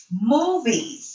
Movies